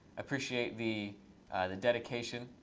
appreciate the the dedication.